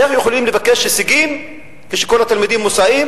איך יכולים לבקש הישגים כשכל התלמידים מוסעים